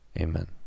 Amen